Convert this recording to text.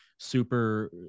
super